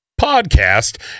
Podcast